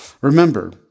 Remember